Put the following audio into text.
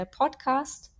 podcast